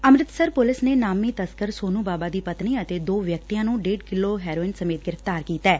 Amritsar police ਨੇ ਨਾਮੀ ਤਸੱਕਰ ਸੋਨੂੰ ਬਾਬਾ ਦੀ ਪਤਨੀ ਅਤੇ ਦੋ ਵਿਅਕਤੀਆਂ ਨੂੰ ਡੇਢ ਕਿਲੋ ਹੈਰੋਇਨ ਸਮੇਤ ਗ੍੍ਿਫ਼ਤਾਰ ਕੀਤੈ